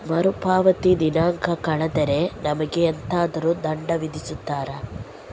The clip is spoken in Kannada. ಮರುಪಾವತಿ ದಿನಾಂಕ ಕಳೆದರೆ ನಮಗೆ ಎಂತಾದರು ದಂಡ ವಿಧಿಸುತ್ತಾರ?